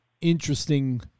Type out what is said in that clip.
interesting